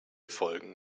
folgen